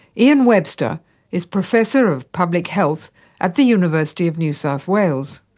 ian webster is professor of public health at the university of new south wales.